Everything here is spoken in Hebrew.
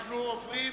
אנחנו עוברים